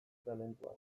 talentua